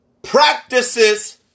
practices